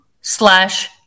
slash